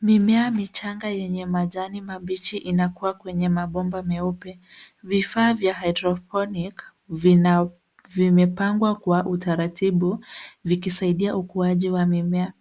Mimea michanga yenye majani mabichi inakua kwenye mabomba meupe. Vifaa vya hydroponic vimepangwa kwa utaratibu vikisaidia ukuaji wa mimea.